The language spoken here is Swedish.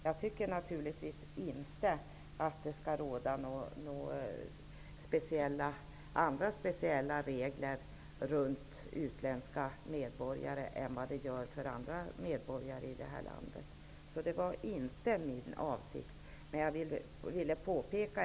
Jag tycker naturligtvis inte att det skall vara några andra regler för utländska medborgare än för övriga medborgare i det här landet. Det menade jag inte.